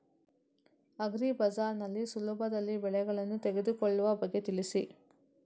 agri bazaar ನಲ್ಲಿ ಸುಲಭದಲ್ಲಿ ಬೆಳೆಗಳನ್ನು ತೆಗೆದುಕೊಳ್ಳುವ ಬಗ್ಗೆ ತಿಳಿಸಿ